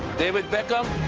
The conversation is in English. david beckham.